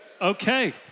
Okay